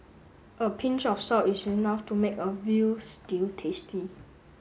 a pinch of salt is enough to make a veal stew tasty